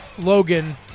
Logan